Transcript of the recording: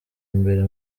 imbere